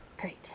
Great